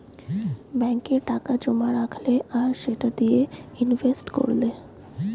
ব্যাংকে টাকা জোমা রাখলে আর সেটা দিয়ে ইনভেস্ট কোরলে